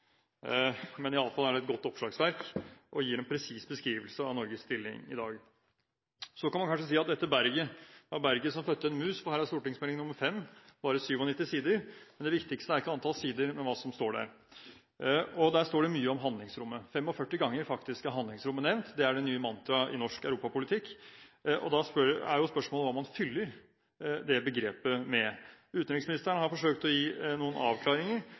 men det er i alle fall et godt oppslagsverk og gir en presis beskrivelse av Norges stilling i dag. Så kan man kanskje si at dette berget er berget som fødte en mus, for her er Meld. St. 5 for 2012–2013, bare 97 sider. Men det viktigste er ikke antall sider, men hva som står der, og der står det mye om handlingsrommet, 45 ganger er faktisk handlingsrommet nevnt. Det er det nye mantraet i norsk europapolitikk, og da er spørsmålet hva man fyller det begrepet med. Utenriksministeren har forsøkt å gi noen avklaringer.